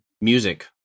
music